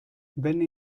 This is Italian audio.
venne